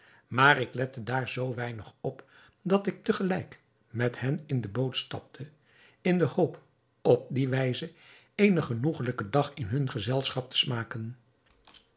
maar ik lette daar zoo weinig op dat ik tegelijk met hen in de boot stapte in de hoop op die wijze eenen genoegelijken dag in hun gezelschap te smaken